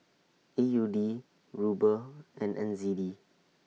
A U D Ruble and N Z D